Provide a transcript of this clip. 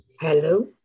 Hello